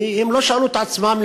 הם לא שאלו את עצמם,